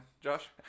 Josh